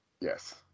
Yes